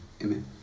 Amen